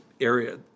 area